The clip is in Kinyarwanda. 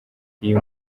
uyu